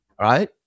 right